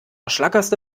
schlackerste